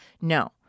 No